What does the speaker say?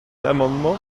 l’amendement